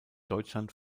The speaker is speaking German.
deutschland